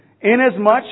inasmuch